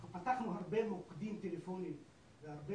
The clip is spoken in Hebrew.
אנחנו פתחנו הרבה מוקדים טלפוניים והרבה